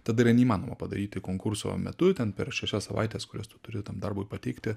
tada yra neįmanoma padaryti konkurso metu ten per šešias savaites kurias tu turi tam darbui pateikti